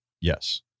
Yes